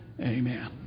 amen